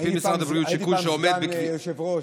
הייתי פעם סגן יושב-ראש,